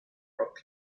rock